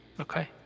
Okay